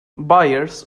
buyers